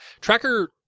Tracker